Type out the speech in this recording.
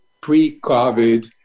pre-COVID